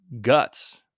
guts